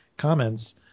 comments